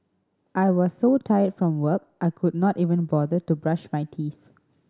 I was so tired from work I could not even bother to brush my teeth